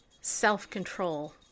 self-control